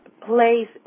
Place